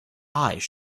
eyes